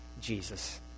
Jesus